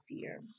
fear